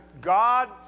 God